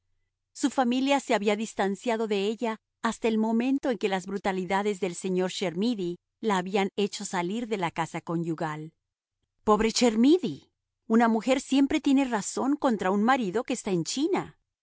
su familia se había distanciado de ella hasta el momento en que las brutalidades del señor chermidy la habían hecho salir de la casa conyugal pobre chermidy una mujer siempre tiene razón contra un marido que está en china